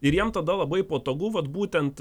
ir jiem tada labai patogu vat būtent